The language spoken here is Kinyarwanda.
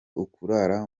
ukurara